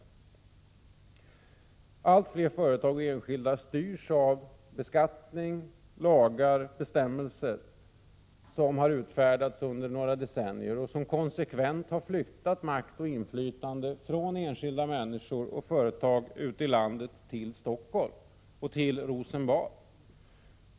Allt fler företag och enskilda styrs av beskattning samt lagar och bestämmelser, som har utfärdats under några decennier och som har gjort att makt och inflytande konsekvent har flyttats från enskilda människor och företag ute i landet till Stockholm och till Rosenbad.